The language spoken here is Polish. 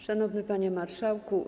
Szanowny Panie Marszałku!